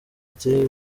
ati